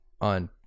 On